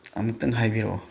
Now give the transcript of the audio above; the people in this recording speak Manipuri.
ꯑꯃꯨꯛꯇꯪ ꯍꯥꯏꯕꯤꯔꯛꯑꯣ